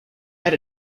had